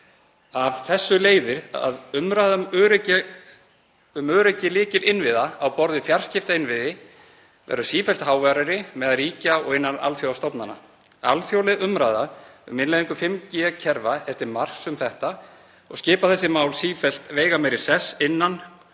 Af þessu leiðir að umræðan um öryggi lykilinnviða á borð við fjarskiptainnviði verður sífellt háværari meðal ríkja og innan alþjóðastofnana. Alþjóðleg umræða um innleiðingu 5G-kerfa er til marks um þetta og skipa þessi mál sífellt veigameiri sess innan